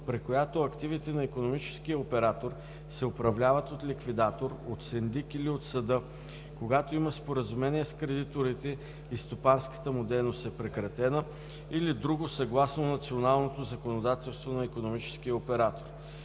при която активите на икономическия оператор се управляват от ликвидатор, от синдик или от съда, когато има споразумение с кредиторите и стопанската му дейност е прекратена, или друго съгласно националното законодателство на икономическия оператор.